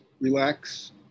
Relax